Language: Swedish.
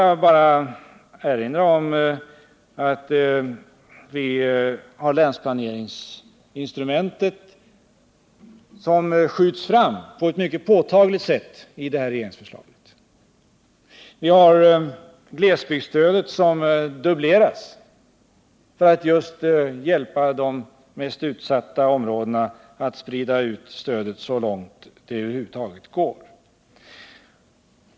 Jag vill bara erinra om att länsplaneringsinstrumentet skjuts fram på ett mycket påtagligt sätt i regeringsförslaget. Glesbygdsstödet dubbleras för att hjälpa de mest utsatta områdena att sprida ut stödet så långt det över huvud taget går.